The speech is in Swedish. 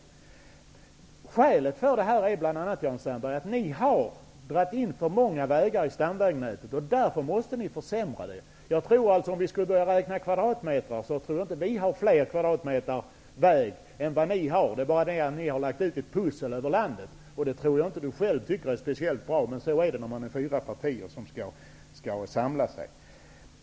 Ett av skälen till problemen, Jan Sandberg, är att ni har dragit in för många vägar i stamvägnätet. Därför måste ni försämra det. Om vi skulle räkna kvadratmeter tror jag inte att vi socialdemokrater föreslår fler kvadratmeter väg än vad ni gör. Det är bara det att ni har lagt ut ett pussel över landet. Det tror jag inte att Jan Sandberg själv tycker är speciellt bra, men så är det när fyra partier skall samsas.